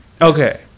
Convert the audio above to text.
okay